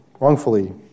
Wrongfully